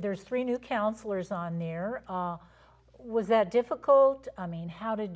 there's three new counselors on there are was that difficult i mean how did